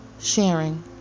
sharing